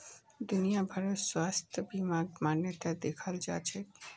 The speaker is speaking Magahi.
दुनिया भरत स्वास्थ्य बीमाक मान्यता दियाल जाछेक